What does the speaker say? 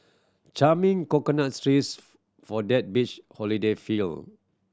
charming coconuts trees for that beach holiday feel